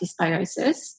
dysbiosis